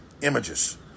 images